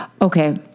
Okay